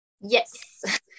Yes